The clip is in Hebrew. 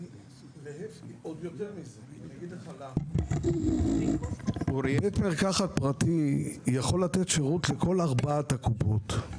עוד יותר מזה בתי מרקחת פרטיים יכולים לתת שירות לכול ארבעת הקופות.